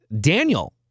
Daniel